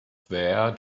there